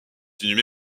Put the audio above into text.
inhumé